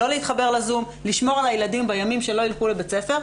לא להתחבר לזום לשמור על הילדים בימים שלא ילכו לבית ספר,